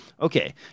Okay